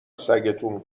سگتون